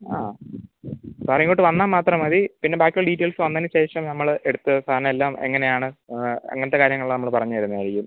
ആ സാറിങ്ങോട്ട് വന്നാൽ മാത്രം മതി പിന്നെ ബാക്കി ഉള്ള ഡീറ്റെയിൽസ് വന്നതിന് ശേഷം നമ്മള് എടുത്ത് സാറിനെ എല്ലാം എങ്ങനെയാണ് അങ്ങനത്തെ കാര്യങ്ങളെല്ലാം നമ്മള് പറഞ്ഞ് തരുന്നതായിരിക്കും